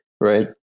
right